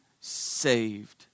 saved